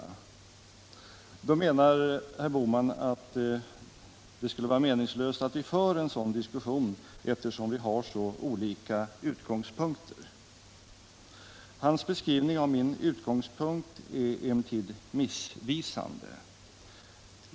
Men då menar herr Bohman att det skulle vara meningslöst att föra en sådan diskussion eftersom vi har så olika utgångspunkter. Hans beskrivning av min utgångspunkt är emellertid missvisande.